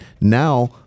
now